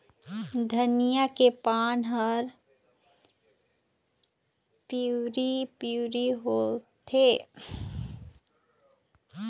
धनिया के पान हर पिवरी पीवरी होवथे?